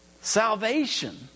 Salvation